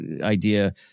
idea